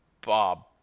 Bob